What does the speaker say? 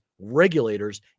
regulators